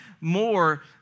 more